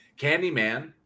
Candyman